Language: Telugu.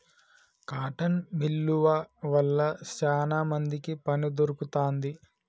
కాటన్ మిల్లువ వల్ల శానా మందికి పని దొరుకుతాంది